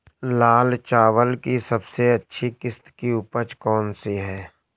लाल चावल की सबसे अच्छी किश्त की उपज कौन सी है?